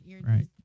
Right